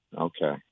okay